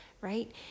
right